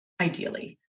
ideally